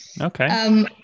okay